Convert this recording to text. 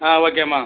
ஆ ஓகேம்மா